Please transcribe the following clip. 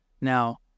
Now